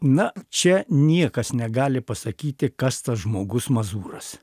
na čia niekas negali pasakyti kas tas žmogus mazūras